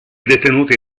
detenuti